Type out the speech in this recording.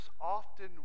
often